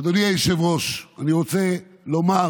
אדוני היושב-ראש, אני רוצה לומר